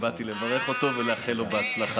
אני באתי לברך אותו ולאחל לו הצלחה.